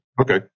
Okay